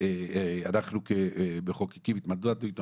אנחנו כמחוקקים התמודדנו איתו,